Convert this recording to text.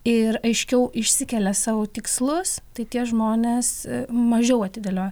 ir aiškiau išsikelia savo tikslus tai tie žmonės mažiau atidėlioja